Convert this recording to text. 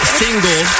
single